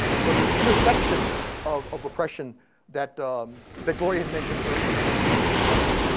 so to this intersection of of oppression that um that gloria had mentioned earlier in in her introduction.